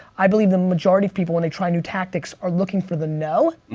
i believe the majority of people when they try new tactics are looking for the no.